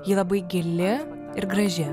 ji labai gili ir graži